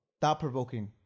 Thought-provoking